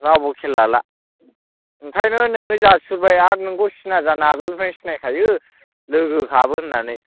रावबो खेल लाला ओंखायनो नोंनो जासिहरबाय आर नोंखौ सिना जाना आगोलनिफ्रायनो सिनायखायो लोगोखाबो होननानै